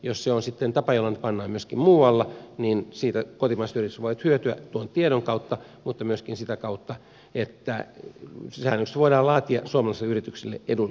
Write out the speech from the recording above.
jos se on sitten tapa jolla ne pannaan myöskin muualla niin siitä kotimaiset yritykset voivat hyötyä tuon tiedon kautta mutta myöskin sitä kautta että säännökset voidaan laatia suomalaisille yrityksille edullisiksi